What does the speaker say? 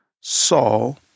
Saul